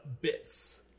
bits